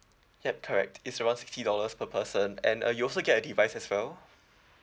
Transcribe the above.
yup correct it's around sixty dollars per person and uh you also get a device as well